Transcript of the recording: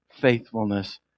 faithfulness